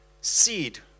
seed